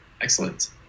Excellent